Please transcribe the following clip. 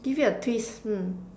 give it a twist hmm